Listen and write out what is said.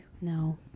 No